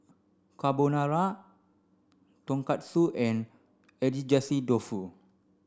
Carbonara Tonkatsu and Agedashi Dofu